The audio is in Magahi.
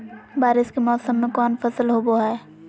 बारिस के मौसम में कौन फसल होबो हाय?